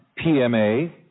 PMA